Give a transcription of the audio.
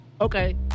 Okay